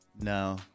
No